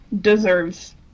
deserves